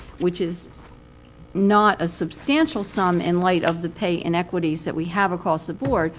which is not a substantial sum in light of the pay inequities that we have across the board,